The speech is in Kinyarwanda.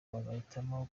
bagahitamo